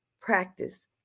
practice